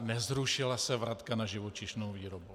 Nezrušila se vratka na živočišnou výrobu.